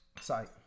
Sorry